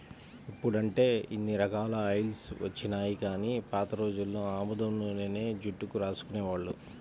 ఇప్పుడంటే ఇన్ని రకాల ఆయిల్స్ వచ్చినియ్యి గానీ పాత రోజుల్లో ఆముదం నూనెనే జుట్టుకు రాసుకునేవాళ్ళు